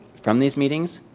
from these meetings,